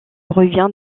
revient